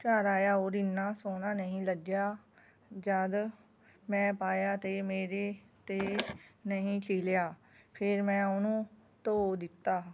ਘਰ ਆਇਆ ਔਰ ਇੰਨਾ ਸੋਹਣਾ ਨਹੀਂ ਲੱਗਿਆ ਜਦ ਮੈਂ ਪਾਇਆ ਤਾਂ ਮੇਰੇ 'ਤੇ ਨਹੀਂ ਖਿਲਿਆ ਫਿਰ ਮੈਂ ਉਹਨੂੰ ਧੋ ਦਿੱਤਾ